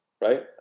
right